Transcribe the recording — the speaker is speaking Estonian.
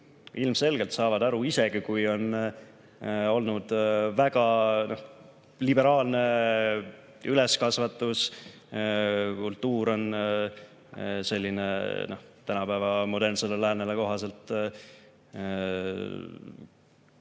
ilmselgelt saavad aru, isegi kui neil on olnud väga liberaalne kasvatuskultuur, selline tänapäeva modernsele läänele kohaselt